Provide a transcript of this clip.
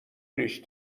ریش